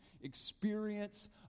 experience